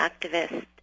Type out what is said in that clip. activist